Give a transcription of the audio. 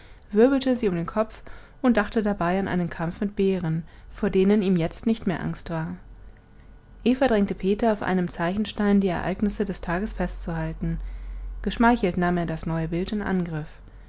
wirbelte sie um den kopf und dachte dabei an einen kampf mit bären vor denen ihm jetzt nicht mehr angst war eva drängte peter auf einem zeichenstein die ereignisse des tages festzuhalten geschmeichelt nahm er das neue bild in angriff